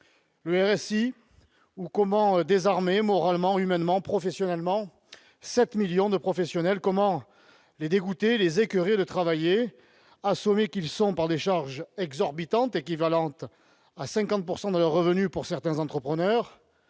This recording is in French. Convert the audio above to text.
Le RSI, ou comment désarmer moralement, humainement, professionnellement 7 millions de professionnels, comment les dégoûter, les écoeurer de travailler, assommés qu'ils sont par des charges exorbitantes, équivalant à 50 % de leurs revenus pour certains entrepreneurs,